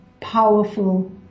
powerful